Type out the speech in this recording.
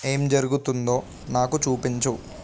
ఏం జరుగుతుందో నాకు చూపించు